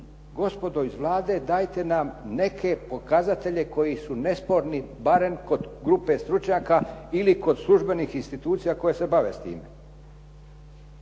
gospodo iz Vlade, dajte nam neke pokazatelje koji su nesporni barem kod grupe stručnjaka ili kod službenih institucija koje se bave s time